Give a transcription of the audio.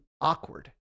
awkward